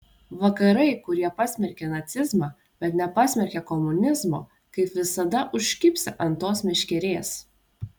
vakarai kurie pasmerkė nacizmą bet nepasmerkė komunizmo kaip visada užkibsią ant tos meškerės